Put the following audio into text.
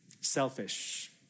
selfish